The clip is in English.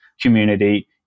community